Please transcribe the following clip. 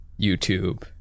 YouTube